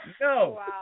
No